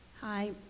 Hi